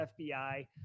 FBI